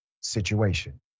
situation